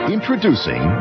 Introducing